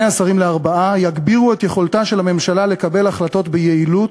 השרים לארבעה יגבירו את יכולתה של הממשלה לקבל החלטות ביעילות